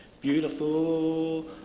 Beautiful